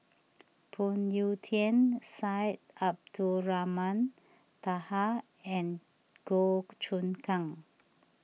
Phoon Yew Tien Syed Abdulrahman Taha and Goh Choon Kang